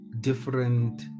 different